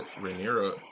Rhaenyra